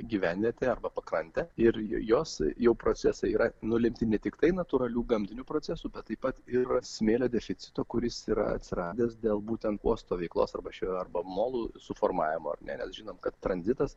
gyvenvietę arba pakrantę ir jos jau procesai yra nulemti ne tiktai natūralių gamtinių procesų taip pat ir smėlio deficito kuris yra atsiradęs dėl būtent uosto veiklos arba šio arba molų suformavimoar ne mes žinome kad tranzitas